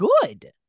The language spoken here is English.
good